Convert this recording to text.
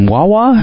Wawa